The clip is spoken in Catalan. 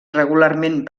regularment